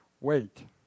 Wait